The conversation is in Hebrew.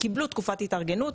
קיבלו תקופת התארגנות,